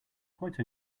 quite